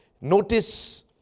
Notice